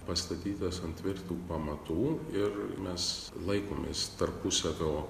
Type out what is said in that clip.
pastatytas ant tvirtų pamatų ir mes laikomės tarpusavio